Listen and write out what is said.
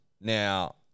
Now